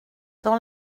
dans